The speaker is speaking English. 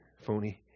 Phony